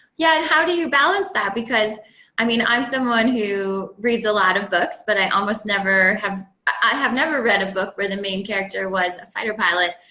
yeah, how do you balance that? because i mean, i'm someone who reads a lot of books. but i almost never i have never read a book where the main character was a fighter pilot.